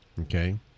okay